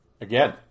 again